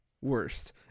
worst